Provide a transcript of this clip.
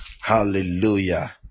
Hallelujah